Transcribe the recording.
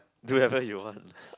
do whatever you want lah